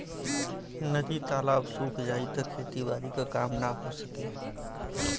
नदी तालाब सुख जाई त खेती बारी क काम ना हो सकी